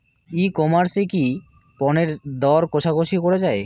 ই commerce এ কি পণ্যের দর কশাকশি করা য়ায়?